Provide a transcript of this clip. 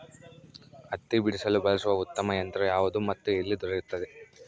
ಹತ್ತಿ ಬಿಡಿಸಲು ಬಳಸುವ ಉತ್ತಮ ಯಂತ್ರ ಯಾವುದು ಮತ್ತು ಎಲ್ಲಿ ದೊರೆಯುತ್ತದೆ?